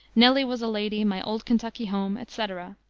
nelly was a lady, my old kentucky home, etc,